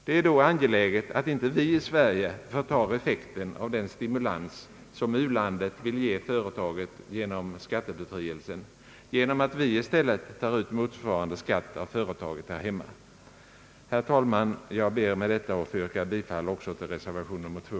Det är då angeläget att inte vi i Sverige förtar effekten av den stimulans som u-landet vill ge företaget med skattebefrielsen genom att vi i stället tar ut motsvarande skatt av företaget här hemma. Herr talman! Jag ber att med det anförda få yrka bifall också till reservation 2.